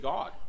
God